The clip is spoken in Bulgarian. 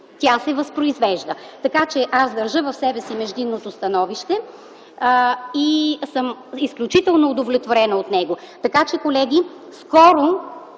тя се възпроизвежда. Държа в себе си междинното становище и съм изключително удовлетворена от него. Колеги, скоро